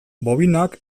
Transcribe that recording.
bobinak